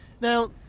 Now